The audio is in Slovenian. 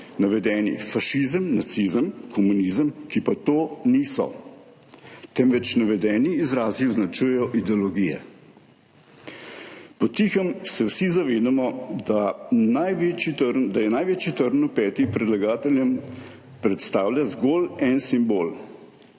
navedeni fašizem, nacizem, komunizem, ki pa to niso, temveč navedeni izrazi označujejo ideologije. Po tihem se vsi zavedamo, da največji trn v peti predlagateljem predstavlja zgolj en simbol,